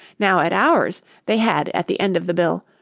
now at ours they had at the end of the bill,